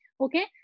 Okay